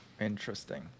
Interesting